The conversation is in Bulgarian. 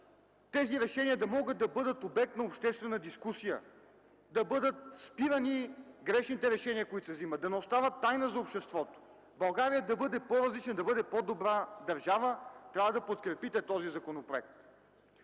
тези решения да могат да бъдат обект на обществена дискусия, да бъдат спирани грешните решения, които се взимат, да не останат в тайна от обществото, България да бъде по-различна, да бъде по-добра държава, трябва да подкрепите този законопроект.